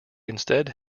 instead